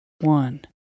one